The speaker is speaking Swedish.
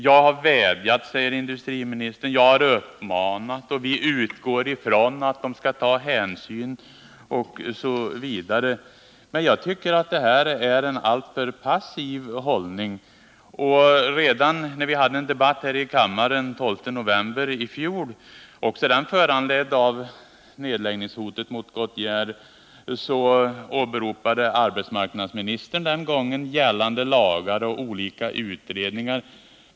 Jag har vädjat, säger industriministern, jag har uppmanat, vi utgår från att de skall ta hänsyn, osv. Men jag tycker att det här är en alltför passiv hållning. Redan när vi hade en debatt här i kammaren den 12 november i fjol — också föranledd av nedläggningshotet mot Goodyear — åberopade arbetsmarknadsministern gällande lagar och olika utredningar.